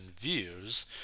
views